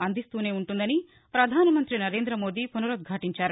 అందిస్తూనే ఉంటుందని పధాన మంతి నరేంద్ర మోదీ పునరుద్భాటించారు